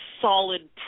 solid